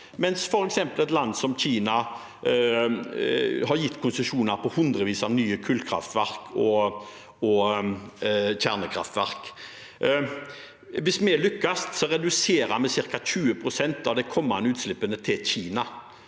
mens f.eks. et land som Kina har gitt konsesjoner til hundrevis av nye kullkraftverk og kjernekraftverk. Hvis vi lykkes, reduserer vi ca. 20 pst. av de kommende utslippene til Kina.